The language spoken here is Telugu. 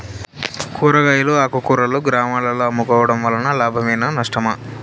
కూరగాయలు ఆకుకూరలు గ్రామాలలో అమ్ముకోవడం వలన లాభమేనా నష్టమా?